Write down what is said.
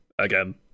again